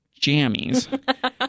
jammies